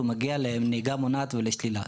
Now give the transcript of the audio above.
הוא מגיע לקורס נהיגה מונעת ולשלילה.